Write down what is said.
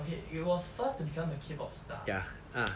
okay it was first to become a K pop star